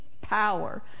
power